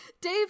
Dave